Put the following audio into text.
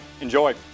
enjoy